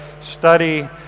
study